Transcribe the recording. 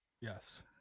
Yes